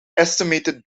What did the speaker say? estimated